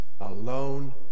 alone